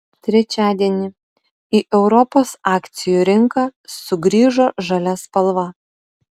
trečiadienį į europos akcijų rinką sugrįžo žalia spalva